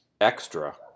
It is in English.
extra